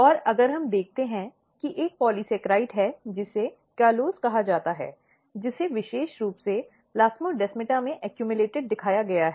और अगर हम देखते हैं कि एक पॉलीसेकेराइड है जिसे कॉलोस कहा जाता है जिसे विशेष रूप से प्लास्मोडेसटाटा में संचित दिखाया गया है